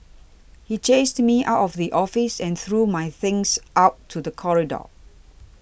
he chased me out of the office and threw my things out to the corridor